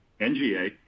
NGA